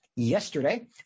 Yesterday